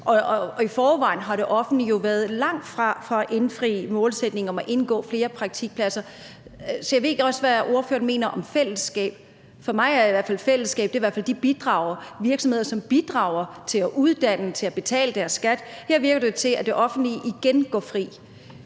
og i forvejen har det offentlige jo været langt fra at indfri målsætningen om at indgå aftale om flere praktikpladser. Jeg ved ikke, hvad ordføreren mener om fællesskab; for mig er fællesskab i hvert fald de virksomheder, som bidrager til uddannelse og betaler deres skat. Her virker det til, at det offentlige igen går fri.